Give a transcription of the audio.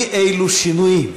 אי-אלו שינויים.